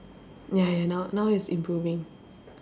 ya ya now now he's improving